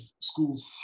schools